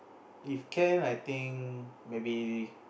if can I think maybe